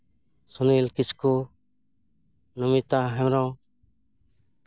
Sunil Kisku Namita Hembrom